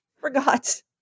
Forgot